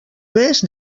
més